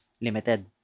Limited